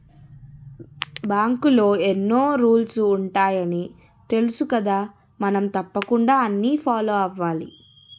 బాంకులో ఎన్నో రూల్సు ఉంటాయని తెలుసుకదా మనం తప్పకుండా అన్నీ ఫాలో అవ్వాలి